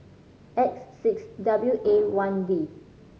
X six W A one D